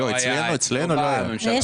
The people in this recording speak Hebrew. היה לפני זה.